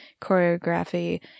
choreography